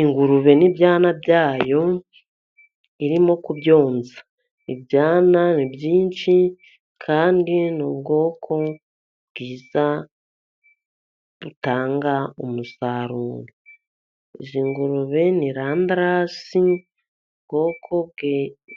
Ingurube n'ibyana byayo irimo kubyonsa. Ibyana ni byinshi kandi ni ubwoko bwiza, butanga umusaruro. Izi ngurube ni Randarasi, ubwoko